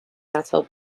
metal